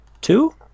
Two